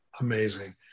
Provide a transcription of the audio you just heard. amazing